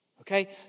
Okay